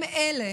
הם אלה